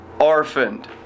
orphaned